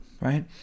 Right